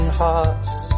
hearts